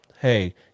Hey